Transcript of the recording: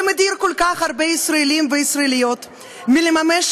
שמדיר כל כך הרבה ישראלים וישראליות מלממש